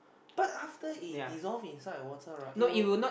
but after it dissolve inside water right it will